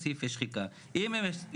איפה התכנית